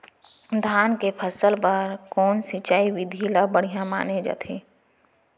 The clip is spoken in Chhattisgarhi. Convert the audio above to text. धान के फसल बर कोन सिंचाई विधि ला बढ़िया माने जाथे?